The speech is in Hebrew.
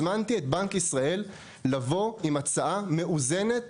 הזמנתי את בנק ישראל לבוא עם הצעה מאוזנת